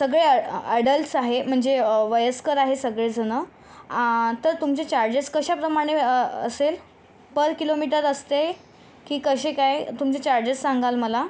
सगळे ॲडल्ट्स आहे म्हणजे वयस्कर आहे सगळे जणं तर तुमचे चार्जेस कशाप्रमाणे असेल पर किलोमीटर असते की कसे काय तुमचे चार्जेस सांगाल मला